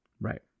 Right